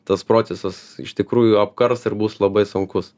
tas procesas iš tikrųjų apkars ir bus labai sunkus